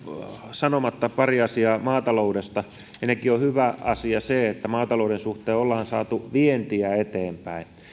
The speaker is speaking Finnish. sanomatta pari asiaa maataloudesta ensinnäkin on hyvä asia se että maatalouden suhteen ollaan saatu vientiä eteenpäin